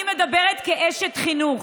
אני מדברת כאשת חינוך.